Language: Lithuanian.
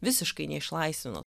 visiškai neišlaisvino